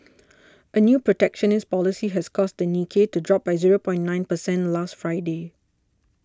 a new protectionist policy has caused the Nikkei to drop by zero nine percentage last Friday